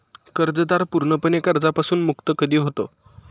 कर्जदार पूर्णपणे कर्जापासून मुक्त कधी होतो?